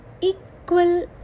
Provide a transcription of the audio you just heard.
equal